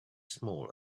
small